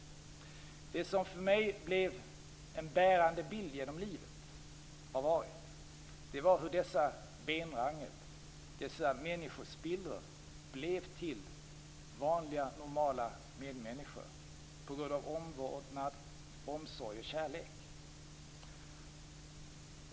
Det som för mig blev en bärande bild genom livet var hur dessa benrangel, dessa människospillror blev till vanliga, normala medmänniskor på grund av omvårdnad, omsorg och kärlek.